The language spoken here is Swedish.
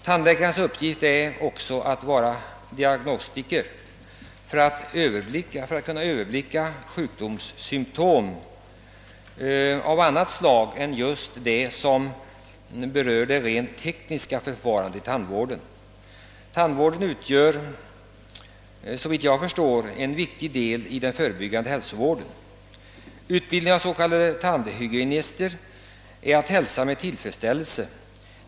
Tandläkarens uppgift är också att vara diagnostiker för att kunna överblicka sjukdomssymtom och inte bara klara det rent tekniska förfarandet i tandvården. Tandvården utgör, såvitt jag förstår, en viktig del av den förebyggande hälsovården. Utbildningen av s.k. tandhygienister är att hälsa med tillfredsställelse.